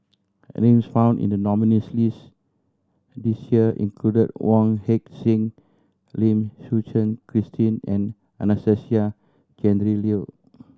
names found in the nominees' list this year include Wong Heck Sing Lim Suchen Christine and Anastasia Tjendri Liew